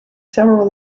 several